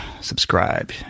subscribe